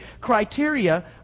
criteria